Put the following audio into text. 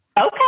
Okay